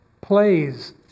plays